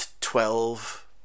twelve